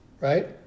Right